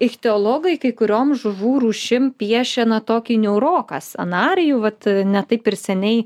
ichtiologai kai kuriom žuvų rūšim piešia na tokį niūroką scenarijų vat ne taip ir seniai